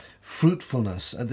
fruitfulness